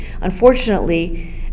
unfortunately